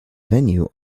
venue